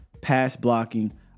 pass-blocking